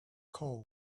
cold